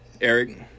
Eric